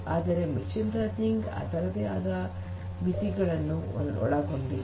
ಆದರೆ machine learning ಅದರದೇ ಆದ ಮಿತಿಗಳನ್ನು ಒಳಗೊಂಡಿದೆ